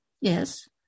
Yes